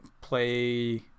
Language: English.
play